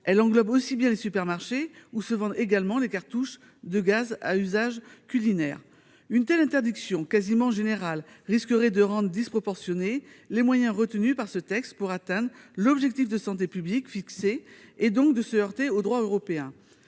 englobe aussi bien les supermarchés où se vendent également les cartouches de gaz à usage culinaire. Une telle interdiction quasiment générale risquerait de rendre disproportionnés les moyens retenus par ce texte pour atteindre l'objectif de santé publique fixé et donc de se heurter au droit européen.